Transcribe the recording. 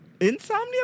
Insomnia